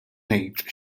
ngħid